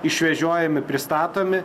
išvežiojami pristatomi